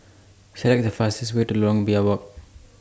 Select The fastest Way to Lorong Biawak